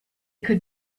could